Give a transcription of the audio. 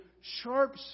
sharp